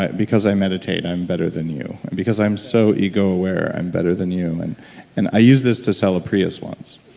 because i meditate i'm better than you. because i'm so ego-aware, i'm better than you. and and i used this to sell a prius once.